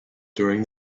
during